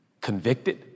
convicted